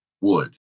wood